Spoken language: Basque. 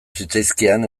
zitzaizkidan